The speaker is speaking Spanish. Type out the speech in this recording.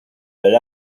del